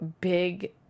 big